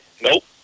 Nope